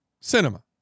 cinema